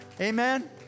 Amen